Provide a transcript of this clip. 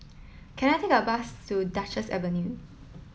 can I take a bus to Duchess Avenue